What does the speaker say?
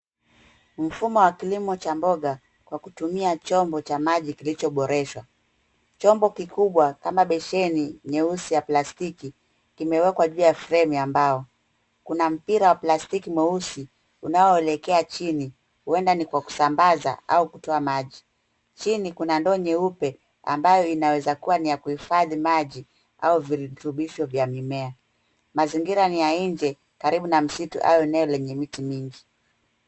Mfumo wa kilimo cha mboga kwa kutumia chombo cha maji kilichoboreshwa. Chombo kikubwa kama besheni nyeusi ya plastiki, imewekwa juu ya fremu ya mbao. Kuna mpira wa plastiki mweusi unaoelekea chini, huenda ni kwa kusambaza au kutoa maji. Chini kuna ndoo nyeupe ambayo inaweza kuwa ni ya kuhifadhi maji au virutubisho vya mimea. Mazingira ni ya nje, karibu na msitu au eneo lenye miti mingi.